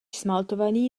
smaltovaný